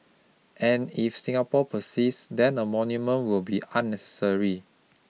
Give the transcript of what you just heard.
and if Singapore persists then a monument will be unnecessary